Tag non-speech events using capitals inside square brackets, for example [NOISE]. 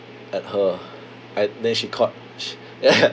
at her I then she caught sh~ [LAUGHS] ya